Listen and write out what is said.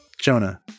Jonah